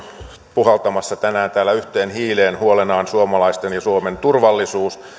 puhaltamassa tänään täällä yhteen hiileen huolena on suomalaisten ja suomen turvallisuus